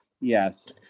Yes